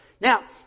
Now